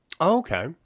okay